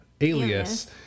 alias